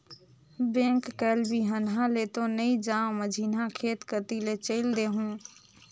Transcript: bank कायल बिहन्हा ले तो नइ जाओं, मझिन्हा खेत कति ले चयल देहूँ